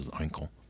ankle